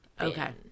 okay